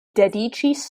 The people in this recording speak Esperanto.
dediĉis